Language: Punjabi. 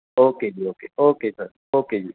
ਓਕੇ ਜੀ ਓਕੇ ਓਕੇ ਸਰ ਓਕੇ ਜੀ